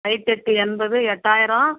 பைத்தெட்டு எண்பது எட்டாயிரம்